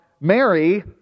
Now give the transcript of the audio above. Mary